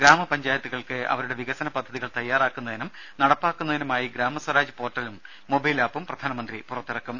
ഗ്രാമപഞ്ചായത്തുകൾക്ക് അവരുടെ വികസന പദ്ധതികൾ തയ്യാറാക്കുന്നതിനും നടപ്പാക്കുന്നതിനും ആയി ഗ്രാമസ്വരാജ് പോർട്ടലും മൊബൈൽ ആപ്പും പ്രധാനമന്ത്രി പുറത്തിറക്കും